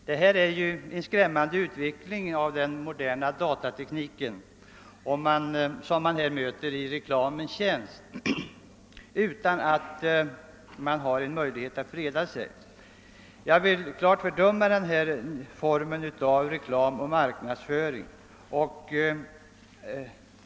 Detta är en skrämmande utveckling av den moderna datatekniken, använd i reklamens tjänst på ett sätt mot vilket man inte har en möjlighet att freda sig. Jag vill klart fördöma denna form av reklam och marknadsföring.